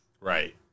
Right